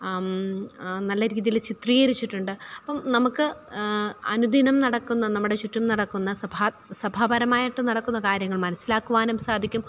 നല്ല രീതിയില് ചിത്രീകരിച്ചിട്ടുണ്ട് അപ്പോള് നമുക്ക് അനുദിനം നടക്കുന്ന നമ്മുടെ ചുറ്റും നടക്കുന്ന സഭാ സഭാ പരമായിട്ട് നടക്കുന്ന കാര്യങ്ങൾ മനസ്സിലാക്കുവാനും സാധിക്കും